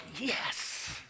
yes